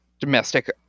domestic